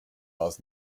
ask